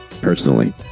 personally